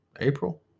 April